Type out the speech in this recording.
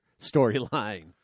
storyline